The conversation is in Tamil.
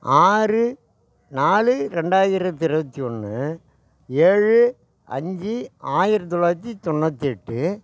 ஆறு நாலு ரெண்டாயிரத்தி இருபத்தி ஒன்று ஏழு அஞ்சு ஆயிரத்தி தொள்ளாயிரத்தி தொண்ணூற்றி எட்டு